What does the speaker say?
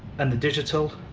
and the digital,